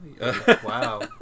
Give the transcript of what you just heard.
Wow